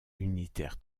unitaire